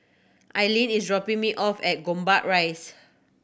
Ilene is dropping me off at Gombak Rise